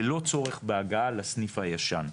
ללא צורך בהגעה לסניף הישן.